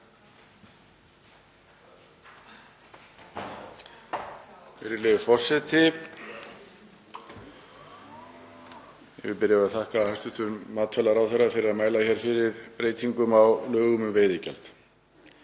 Virðulegur forseti. Ég vil byrja á að þakka hæstv. matvælaráðherra fyrir að mæla hér fyrir breytingum á lögum um veiðigjald.